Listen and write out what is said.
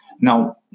now